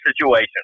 situation